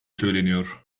söyleniyor